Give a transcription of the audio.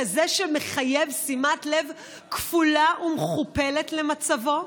כזה שמחייב שימת לב כפולה ומכופלת למצבו?